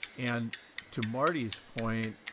and to marty's point,